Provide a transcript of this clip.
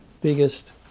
biggest